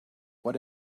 what